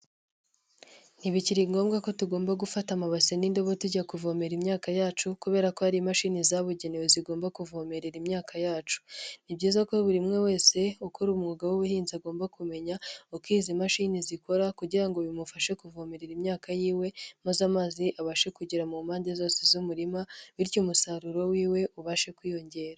Ntibikiri ngombwa ko tugomba gufata amabase n'indogo tujya kuvomera imyaka yacu, kubera ko hari imashini zabugenewe zigomba kuvomerera imyaka yacu, ni byiza ko buri umwe wese ukora umwuga w'ubuhinzi agomba kumenya uko izi mashini zikora kugira ngo bimufashe kuvomerera imyaka yiwe maze amazi abashe kugera mu mpande zose z'umurima, bityo umusaruro wiwe ubashe kwiyongera.